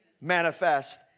manifest